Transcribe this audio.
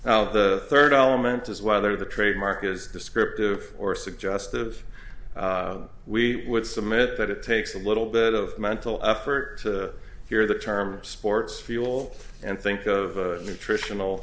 now the third element is whether the trademark is descriptive or suggestive we would submit that it takes a little bit of mental effort to hear the term sports fuel and think of nutritional